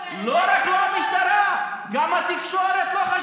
גם אצלנו היא לא עובדת.